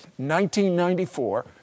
1994